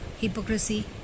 hypocrisy